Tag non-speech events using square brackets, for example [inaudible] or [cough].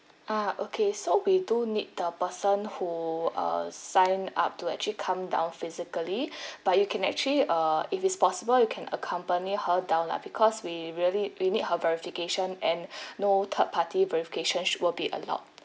ah okay so we do need the person who err sign up to actually come down physically [breath] but you can actually err if it's possible you can accompany her down lah because we really we need her verification and [breath] no third party verification sh~ will be allowed